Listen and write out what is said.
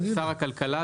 שר הכלכלה,